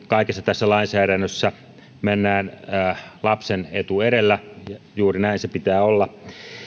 kaikessa tässä lainsäädännössä mennään lapsen etu edellä juuri näin sen pitää olla